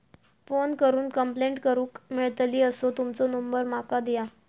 Phone करून complaint करूक मेलतली असो तुमचो नंबर माका दिया?